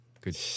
Good